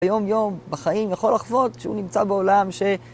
ביום יום בחיים יכול לחוות שהוא נמצא בעולם ש...